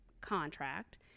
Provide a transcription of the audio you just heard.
contract